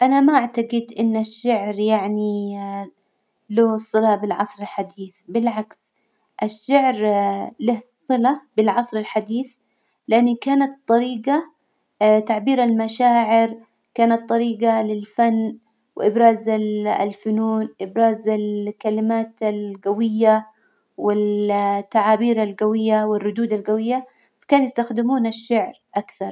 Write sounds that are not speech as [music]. أنا ما أعتجد إن الشعر يعني [hesitation] له صلة بالعصر الحديث، بالعكس الشعر [hesitation] له صلة بالعصر الحديث لإني كانت طريجة [hesitation] تعبير المشاعر، كانت طريجة للفن وإبراز ال- الفنون، إبراز الكلمات الجوية، والتعابير الجوية والردود الجوية، فكانوا يستخدمون الشعر أكثر.